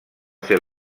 ser